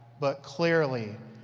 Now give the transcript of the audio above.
but clearly,